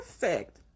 perfect